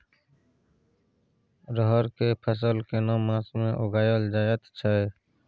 रहर के फसल केना मास में उगायल जायत छै?